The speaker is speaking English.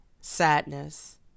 sadness